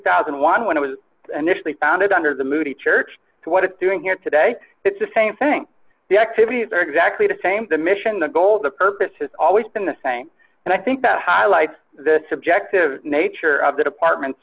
thousand and one when it was initially founded under the moody church so what it's doing here today it's the same thing the activities are exactly the same the mission the goal the purpose has always been the same and i think that highlights the subjective nature of the department